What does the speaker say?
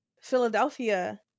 Philadelphia